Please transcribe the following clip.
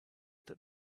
that